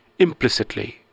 Implicitly